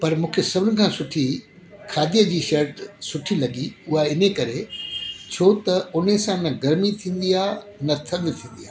पर मूंखे सभिनि खां सुठी खादीअ जी शर्ट सुठी लॻी हूअ इन करे छो त उन सां न गर्मी थींदी आहे न थदि थींदी आहे